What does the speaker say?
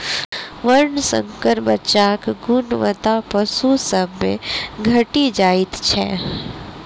वर्णशंकर बच्चाक गुणवत्ता पशु सभ मे घटि जाइत छै